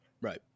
Right